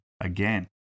Again